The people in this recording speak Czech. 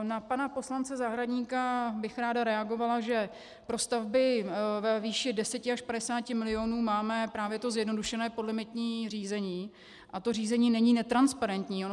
Na pana poslance Zahradníka bych ráda reagovala, že pro stavby ve výši 10 až 50 milionů máme právě to zjednodušené podlimitní řízení a to řízení není netransparentní.